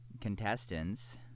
contestants